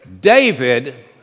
David